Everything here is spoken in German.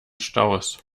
staus